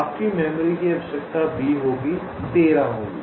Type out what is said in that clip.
आपकी मेमोरी की आवश्यकता B होगी 13 होगी